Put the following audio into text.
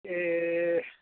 ए